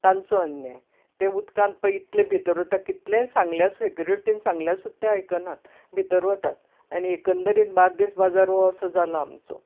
तांचो अन्याय ते उदकान पळय इतले भितर वतात कितलेय सांगल्यार सॅक्यूरीटीन सांगल्यार सुद्दां ते आयकनात भितर वतात आनी एकंदरीत बार्देस बाजार हो असो जाला आमचो